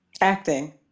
acting